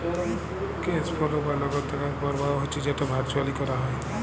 cash flow বা লগদ টাকার পরবাহ হচ্যে যেট ভারচুয়ালি ক্যরা হ্যয়